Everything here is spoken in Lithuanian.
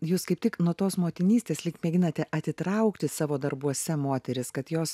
jūs kaip tik nuo tos motinystės lyg mėginate atitraukti savo darbuose moteris kad jos